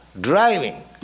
driving